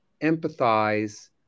empathize